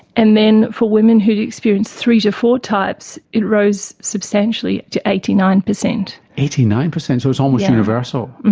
and then for women who'd experienced three to four types it rose substantially to eighty nine percent. eighty nine percent, so it's almost universal?